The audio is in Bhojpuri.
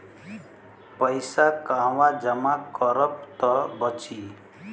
पैसा कहवा जमा करब त बची?